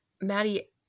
maddie